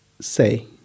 say